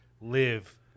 Live